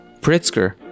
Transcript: Pritzker